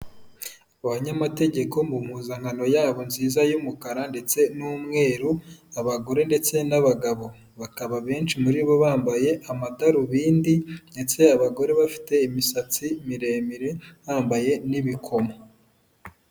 Abanyamategeko mu mpuzankano yabo nziza y'umukara ndetse n'umweru, abagore ndetse n'abagabo, bakaba benshi muri bo bambaye amadarubindi ndetse abagore bafite imisatsi miremire bambaye n'ibikomo.